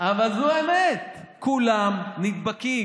כולם נדבקים.